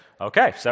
Okay